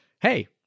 hey